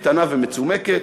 קטנה ומצומקת: